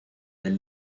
del